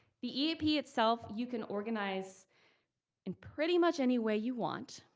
the eap itself, you can organize in pretty much any way you want,